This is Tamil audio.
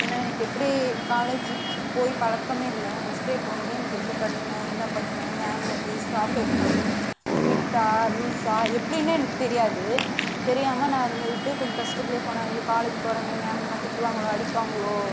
ஏன்னா எனக்கு எப்படி காலேஜ் போய் பழக்கமே இல்ல ஃபர்ஸ்ட் டே போனோனே எனக்கு எப்படி பண்ணனும் என்ன பண்ணனும் மேம் எப்படி ஸ்டாஃப் எப்படி ஸ்ட்ரிக்டா லூசா எப்படினே எனக்கு தெரியாது தெரியாமல் நான் இருந்துகிட்டு கொஞ்சம் கஷ்டத்தில் போனேன் ஐயோ காலேஜ் போகிறமே மேம் என்ன திட்டுவாங்களோ அடிப்பாங்களோ